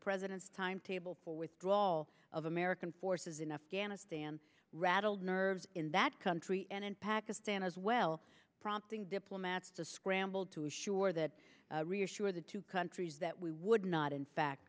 president's timetable for withdrawal of american forces in afghanistan rattled nerves in that country and in pakistan as well prompting diplomats to scramble to assure that reassure the two countries that we would not in fact